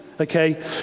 okay